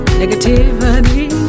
negativity